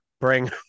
bring